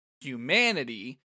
humanity